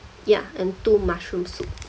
ya and two mushroom soup